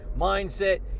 mindset